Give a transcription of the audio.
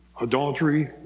adultery